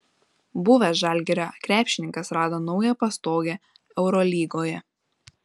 buvęs žalgirio krepšininkas rado naują pastogę eurolygoje